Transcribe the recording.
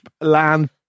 land